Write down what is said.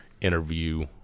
interview